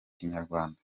kinyarwanda